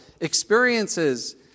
experiences